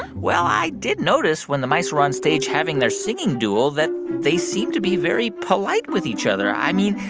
well, i did notice when the mice were on stage having their singing duel, that they seemed to be very polite with each other. i mean,